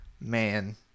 man